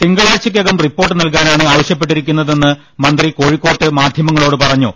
തിങ്കളാഴ്ചക്കകം report നൽകാനാണ് ആവശ്യപ്പെട്ടിരിക്കുന്നതെന്ന് മന്ത്രി കോഴിക്കോട്ട് മാധ്യമങ്ങളോട് പറഞ്ഞു